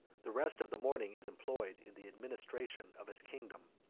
the rest of the morning is employed in the administration of his kingdom.